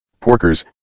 Porkers